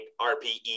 RPE